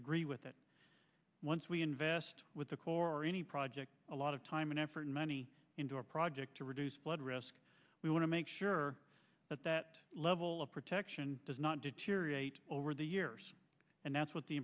agree with that once we invest with the corps any project a lot of time and effort and money into a project to reduce flood risk we want to make sure that that level of protection does not deteriorate over the years and that's what the